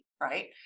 Right